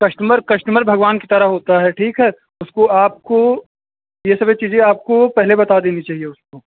customer customer भगवान की तरह होता है ठीक है उसको आपको ये सभी चीजें आपको पहले बता देनी चहिए उसको